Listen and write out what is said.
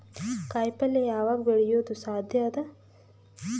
ಕಾಯಿಪಲ್ಯ ಯಾವಗ್ ಬೆಳಿಯೋದು ಸಾಧ್ಯ ಅದ?